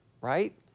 right